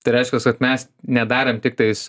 tai reiškias kad mes nedarėm tiktais